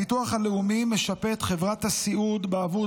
הביטוח הלאומי משפה את חברת הסיעוד בעבור